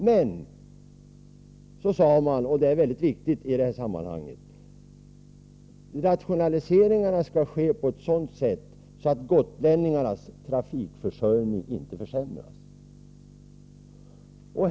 Men riksdagen sade vidare — och det är väldigt viktigt i detta sammanhang — att rationaliseringarna skall ske på ett sådant sätt att gotlänningarnas trafikförsörjning inte försämras.